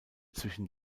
zwischen